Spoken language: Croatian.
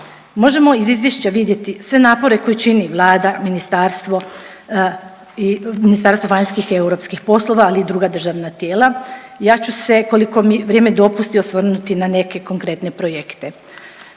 Možemo iz izvješća vidjeti sve napore koje čini vlada, MVEP, ali i druga državna tijela. Ja ću se koliko mi vrijeme dopusti osvrnuti na neke konkretne projekte.